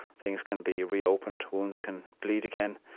things can be reopened, wounds can bleed again.